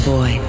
Boy